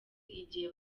igihe